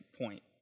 point